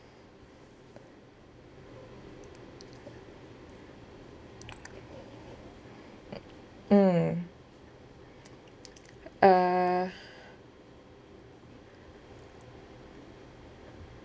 mm uh